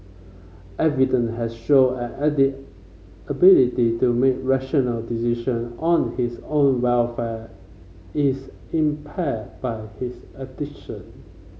evident has shown an addict ability to make rational decision on his own welfare is impaired by his addiction